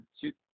shoot